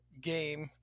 game